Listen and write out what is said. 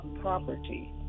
property